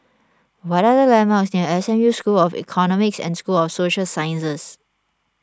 what are the landmarks near S M U School of Economics and School of Social Sciences